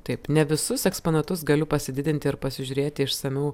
taip ne visus eksponatus galiu pasididinti ir pasižiūrėti išsamiau